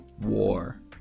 War